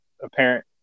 apparent